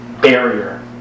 barrier